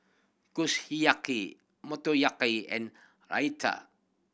Kushiyaki Motoyaki and Raita